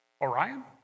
Orion